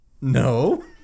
No